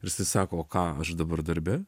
ir jisai sako ką aš dabar darbe